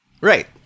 Right